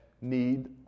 need